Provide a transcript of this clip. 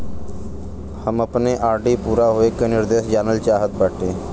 हम अपने आर.डी पूरा होवे के निर्देश जानल चाहत बाटी